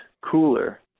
cooler